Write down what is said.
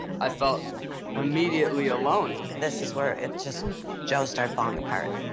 i felt immediately alone. this is where it just joe started falling apart.